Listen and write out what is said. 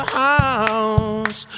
house